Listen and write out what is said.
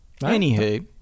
anywho